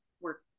work